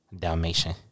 Dalmatian